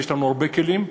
ויש לנו הרבה כלים,